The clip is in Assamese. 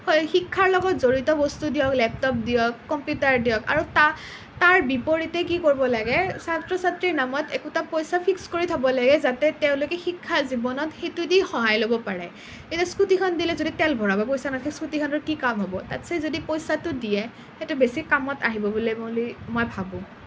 হয় শিক্ষাৰ লগত জড়িত বস্তু দিয়ক লেপটপ দিয়ক কম্পিউটাৰ দিয়ক আৰু তা তাৰ বিপৰীতে কি কৰিব লাগে ছাত্ৰ ছাত্ৰীৰ নামত একোটা পইচা ফিক্স কৰি থ'ব লাগে যাতে তেওঁলোকে শিক্ষা জীৱনত সেইটোৱেদি সহায় ল'ব পাৰে এতিয়া স্কুটীখন দিলে যদি তেল ভৰাব পইচা নাথাকে স্কুটীখনৰ কি কাম হ'ব তাতচে যদি পইচাটো দিয়ে সেইটো বেছি কামত আহিব বুলি মই ভাবোঁ